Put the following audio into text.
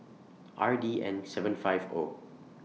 R D N seven five O